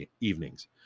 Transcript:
evenings